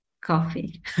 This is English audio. Coffee